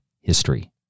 history